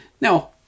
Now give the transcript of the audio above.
Now